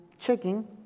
checking